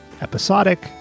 episodic